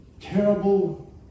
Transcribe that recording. terrible